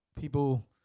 people